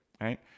right